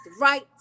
right